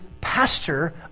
pastor